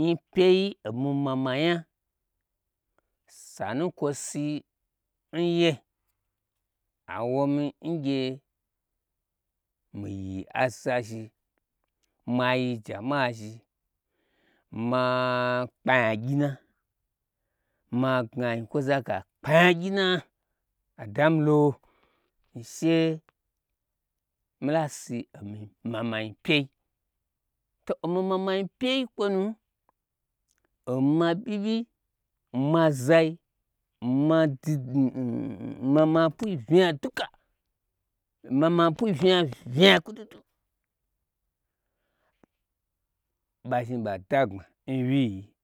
Nyi pyei omi mama nya sanu kwosi nye awomi ngye miyi aza zhi mayi jama'a zhi ma kpa'anya gyi ma magna anyi kwozage akpa'a nya gyina adamilo she mila si omi mama nyi pyei to omi mama nyi pyei n kwonu oma ɓyi ɓyi n ma zai n ma ma pwui vnya duka kwu dudu ɓa zhni ɓa da gbma nuyi yi